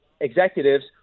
executives